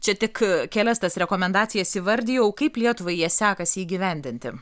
čia tik kelias tas rekomendacijas įvardijau kaip lietuvai jie sekasi įgyvendinti